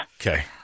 Okay